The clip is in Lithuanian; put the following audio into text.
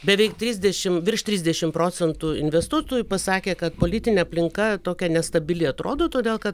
beveik trisdešim virš trisdešim procentų investuotojų pasakė kad politinė aplinka tokia nestabili atrodo todėl ka